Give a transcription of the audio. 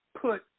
put